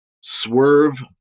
Swerve